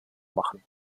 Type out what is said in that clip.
machen